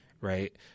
right